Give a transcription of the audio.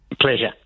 Pleasure